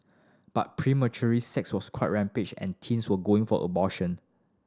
but sex was quite rampant and teens were going for abortion